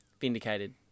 Vindicated